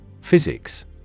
Physics